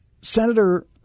Senator